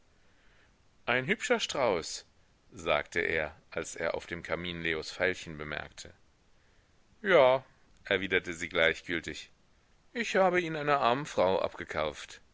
ein hübscher strauß sagte er als er auf dem kamin leos veilchen bemerkte ja erwiderte sie gleichgültig ich habe ihn einer armen frau abgekauft